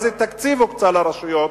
איזה תקציב הוקצה לרשויות,